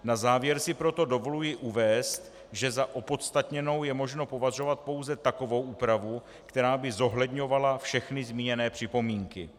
Na závěr si proto dovoluji uvést, že za opodstatněnou je možno považovat pouze takovou úpravu, která by zohledňovala všechny zmíněné připomínky.